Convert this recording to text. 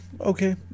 okay